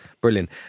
brilliant